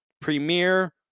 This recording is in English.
premier